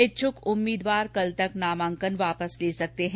इच्छुक उम्मीद्वार कल तक नामांकन वापस ले सकते हैं